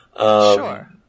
Sure